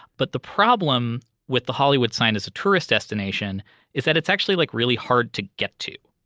but the problem with the hollywood sign as a tourist destination is that it's actually like really hard to get to.